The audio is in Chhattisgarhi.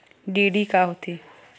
डी.डी का होथे?